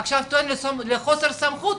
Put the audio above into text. עכשיו טוען לחוסר סמכות,